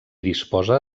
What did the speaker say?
disposa